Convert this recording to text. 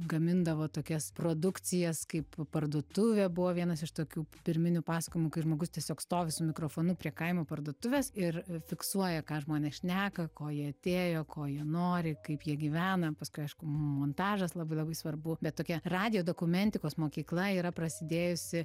gamindavo tokias produkcijas kaip parduotuvė buvo vienas iš tokių pirminių pasakojimų kai žmogus tiesiog stovi su mikrofonu prie kaimo parduotuvės ir fiksuoja ką žmonės šneka ko jie atėjo ko jie nori kaip jie gyvena paskui aišku mum montažas labai labai svarbu bet tokia radijo dokumentikos mokykla yra prasidėjusi